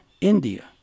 India